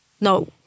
No